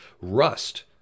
rust